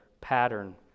pattern